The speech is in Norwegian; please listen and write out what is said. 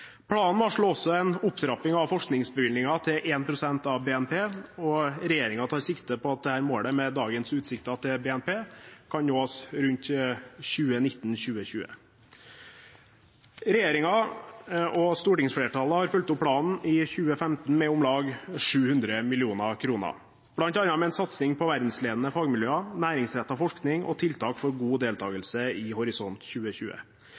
Planen varsler også en opptrapping av forskningsbevilgningen til 1 pst. av BNP, og regjeringen tar sikte på at dette målet, med dagens utsikter til BNP, kan nås rundt 2019–2020. Regjeringen og stortingsflertallet har fulgt opp planen i 2015 med om lag 700 mill. kr, bl.a. med en satsing på verdensledende fagmiljøer, næringsrettet forskning og tiltak for god deltagelse i Horisont 2020.